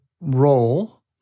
role